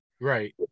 Right